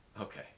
Okay